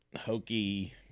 hokey